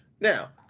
Now